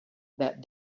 that